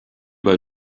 bei